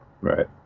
Right